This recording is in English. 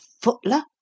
footler